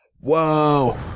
Whoa